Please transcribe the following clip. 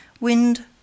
Wind